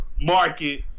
Market